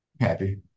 Happy